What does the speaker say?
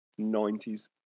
90s